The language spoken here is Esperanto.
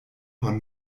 por